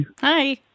Hi